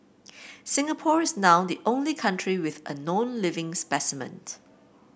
Singapore is now the only country with a known living